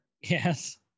yes